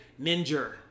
ninja